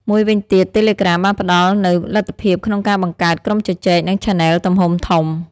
មួយវិញទៀត តេឡេក្រាមបានផ្តល់នូវលទ្ធភាពក្នុងការបង្កើត ក្រុមជជែក និងឆាណេល ទំហំធំ។